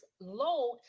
load